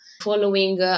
following